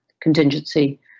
contingency